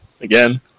Again